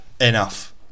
Enough